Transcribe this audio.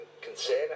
concern